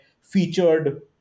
featured